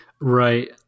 Right